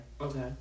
Okay